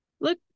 Look